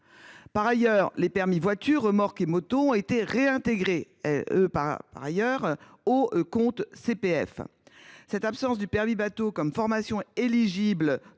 Par ailleurs, les permis voiture, remorque ou moto ont été réintégrés au CPF. Cette absence du permis bateau comme formation éligible